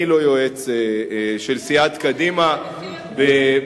אני לא יועץ של סיעת קדימה בתפקידה.